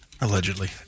Allegedly